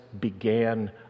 began